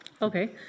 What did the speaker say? Okay